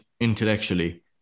intellectually